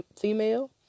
female